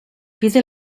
pide